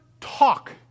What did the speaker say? talk